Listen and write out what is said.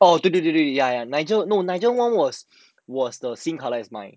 oh 对对对对 ya ya nigel no nigel wong was was the same colour is mine